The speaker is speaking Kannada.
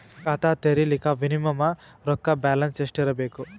ಖಾತಾ ತೇರಿಲಿಕ ಮಿನಿಮಮ ರೊಕ್ಕ ಬ್ಯಾಲೆನ್ಸ್ ಎಷ್ಟ ಇರಬೇಕು?